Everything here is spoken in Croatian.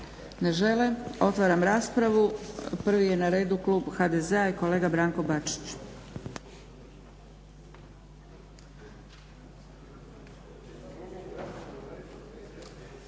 Ne žele. Otvaram raspravu. Prvi je na redu klub HDZ-a i kolega Branko Bačić.